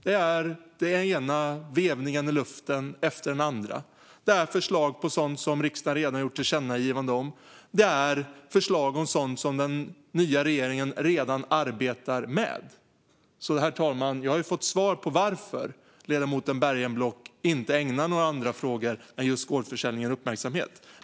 Det är den ena vevningen i luften efter den andra, det är förslag om sådant som riksdagen redan gjort tillkännagivanden om och det är förslag om sådant som den nya regeringen redan arbetar med. Jag har alltså fått svar på varför ledamoten Bergenblock inte ägnar några andra frågor än just gårdsförsäljningen uppmärksamhet.